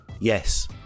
Yes